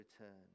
return